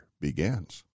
begins